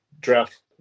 draft